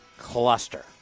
cluster